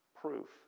Proof